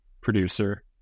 producer